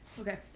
Okay